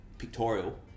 Pictorial